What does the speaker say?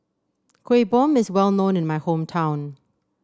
Kueh Bom is well known in my hometown